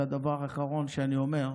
זה הדבר האחרון שאני אומר,